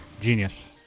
genius